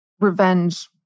revenge